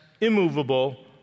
immovable